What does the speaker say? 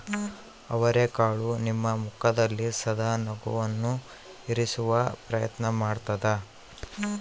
ಅವರೆಕಾಳು ನಿಮ್ಮ ಮುಖದಲ್ಲಿ ಸದಾ ನಗುವನ್ನು ಇರಿಸುವ ಪ್ರಯತ್ನ ಮಾಡ್ತಾದ